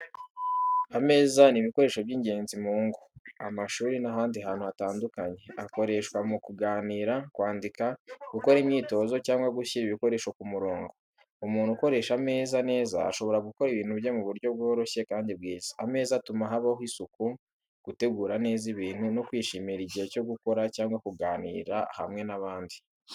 Ameza ni ibikoresho by’ingenzi mu ngo, amashuri n’ahandi hantu hatandukanye. Akoreshwa mu kuganira, kwandika, gukora imyitozo cyangwa gushyira ibikoresho ku murongo. Umuntu ukoresha ameza neza ashobora gukora ibintu bye mu buryo bworoshye kandi bwiza. Ameza atuma habaho isuku, gutegura neza ibintu no kwishimira igihe cyo gukora cyangwa kuganira hamwe n’abandi.